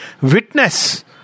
witness